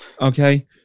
Okay